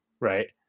right